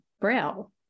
braille